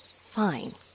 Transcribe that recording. Fine